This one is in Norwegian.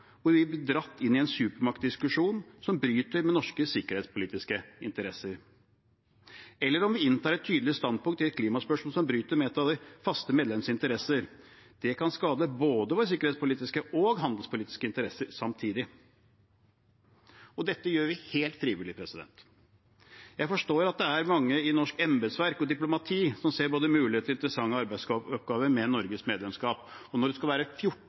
hvor vi blir dratt inn i en supermaktdiskusjon som bryter med norske sikkerhetspolitiske interesser, eller at vi inntar et tydelig standpunkt i et klimaspørsmål som bryter med et av de faste medlemmenes interesser. Det kan skade både våre sikkhetspolitiske interesser og våre handelspolitiske interesser samtidig. Og dette gjør vi helt frivillig. Jeg forstår at det er mange i norsk embetsverk og norsk diplomati som ser både muligheter og interessante arbeidsoppgaver med Norges medlemskap. Når det skal være